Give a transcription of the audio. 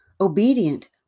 obedient